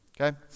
Okay